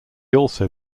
also